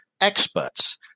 experts